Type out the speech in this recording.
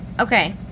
Okay